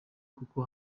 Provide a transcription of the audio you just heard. kuko